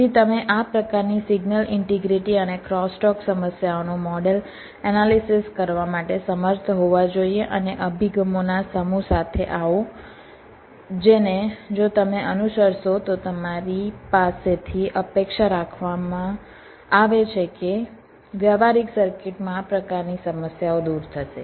તેથી તમે આ પ્રકારની સિગ્નલ ઈન્ટીગ્રિટી અને ક્રોસટોક સમસ્યાઓનું મોડેલ એનાલિસિસ કરવા માટે સમર્થ હોવા જોઈએ અને અભિગમોના સમૂહ સાથે આવો જેને જો તમે અનુસરશો તો તમારી પાસેથી અપેક્ષા રાખવામાં આવે છે કે વ્યવહારિક સર્કિટમાં આ પ્રકારની સમસ્યાઓ દૂર થશે